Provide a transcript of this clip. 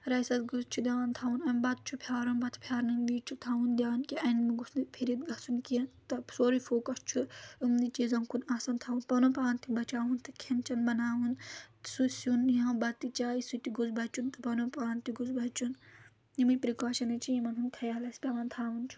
raisins گوٚژھ چھُ دیان تھاوُن بَتہٕ چھُ پھیارُن بَتہٕ پھیرنہٕ وِزِ چھُ تھاوُن دیان کہِ اَنمہٕ گوٚژھ نہٕ پھرِتھ گژھُن کینٛہہ تہٕ سورُے فوکَس چھُ یِمنٕے چیٖزَن کُن آسَن تھاوُن پَنُن پان تہِ بَچاوُن تہٕ کھؠن چؠن بَناوُن سُہ سیُن یا بَتہٕ چاے سُہ تہِ گوٚژھ بَچُن تہٕ پَنُن پان تہِ گوٚژھ بَچُن یِمے پرٛکاشَنٕز چھِ یِمَن ہُنٛد خیال اَسہِ پیٚوان تھاوُن چھُ